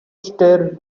stir